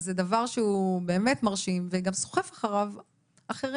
וזה דבר שהוא באמת מרשים וגם סוחף אחריו אחרים.